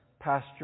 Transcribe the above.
pasture